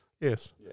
Yes